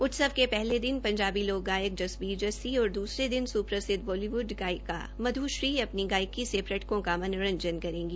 उत्सव के पहले दिन पंजाब लोक गायक जसबीर सज्सी और दूसरे दिन सुप्रसिदव बालीवुड गायिका मध्श्री अपनी गायकी से पर्यटकों का मनोरंजन करेगी